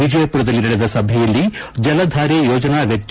ವಿಜಯಪುರದಲ್ಲಿ ನಡೆದ ಸಭೆಯಲ್ಲಿ ಜಲಧಾರೆ ಯೋಜನಾ ವೆಚ್ಚ